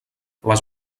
les